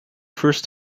first